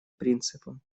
принципом